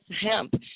hemp